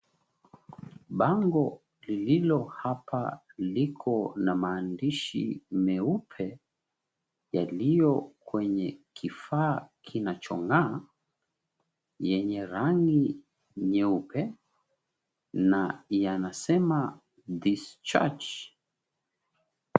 Bango lililo hapa liko na maandishi meupe yaliyo kwenye kifaa kinachong'aa yenye rangi nyeupe na yanasema, " This Church".